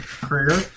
career